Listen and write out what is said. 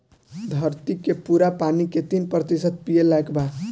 धरती के पूरा पानी के तीन प्रतिशत ही पिए लायक बा